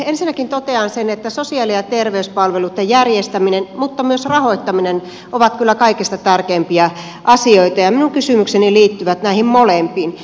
ensinnäkin totean sen että sosiaali ja terveyspalveluiden järjestäminen mutta myös rahoittaminen ovat kyllä kaikista tärkeimpiä asioita ja minun kysymykseni liittyvät näihin molempiin